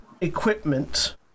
equipment